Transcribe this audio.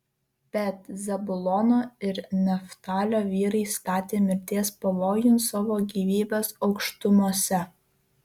bet zabulono ir neftalio vyrai statė mirties pavojun savo gyvybes aukštumose